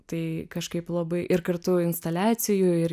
tai kažkaip labai ir kartu instaliacijų ir